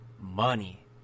money